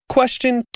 Question